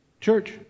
Church